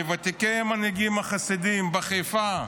מוותיקי המנהיגים החסידיים בחיפה,